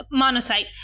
Monocyte